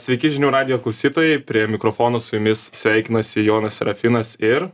sveiki žinių radijo klausytojai prie mikrofono su jumis sveikinasi jonas serafinas ir